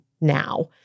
now